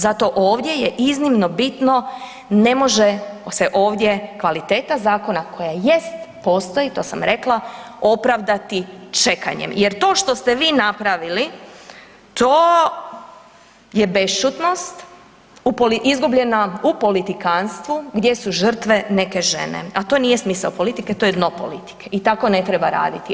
Zato ovdje je iznimno bitno, ne može se ovdje kvaliteta zakona koja jest, postoji, to sam rekla, opravdati čekanjem jer to što ste vi napravili, to je bešćutnost, .../nerazumljivo/... izgubljena u politikantstvu gdje su žrtve neke žene, a to nije smisao politike, to je dno politike i tako ne treba raditi.